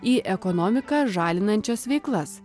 į ekonomiką žalinančias veiklas